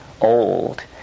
old